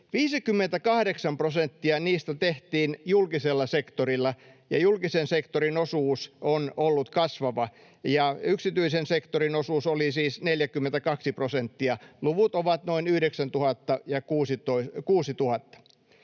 58 prosenttia niistä tehtiin julkisella sektorilla, ja julkisen sektorin osuus on ollut kasvava. Yksityisen sektorin osuus oli siis 42 prosenttia. Luvut ovat noin 9 000 ja 6 000.